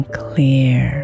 clear